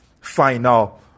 final